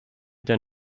than